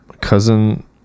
cousin